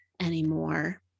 anymore